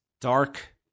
dark